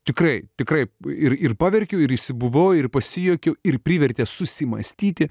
tikrai tikrai ir ir paverkiau ir išsibuvau ir pasijuokiu ir privertė susimąstyti